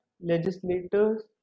legislators